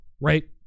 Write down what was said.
right